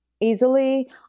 easily